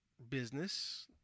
business